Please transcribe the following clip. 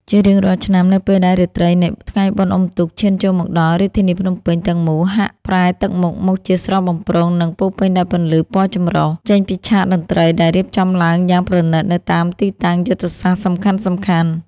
ជារៀងរាល់ឆ្នាំ នៅពេលដែលរាត្រីនៃថ្ងៃបុណ្យអុំទូកឈានចូលមកដល់ រាជធានីភ្នំពេញទាំងមូលហាក់ប្រែទឹកមុខមកជាស្រស់បំព្រង និងពោរពេញដោយពន្លឺពណ៌ចម្រុះ ចេញពីឆាកតន្ត្រីដែលរៀបចំឡើងយ៉ាងប្រណីតនៅតាមទីតាំងយុទ្ធសាស្ត្រសំខាន់ៗ។